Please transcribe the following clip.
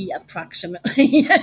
approximately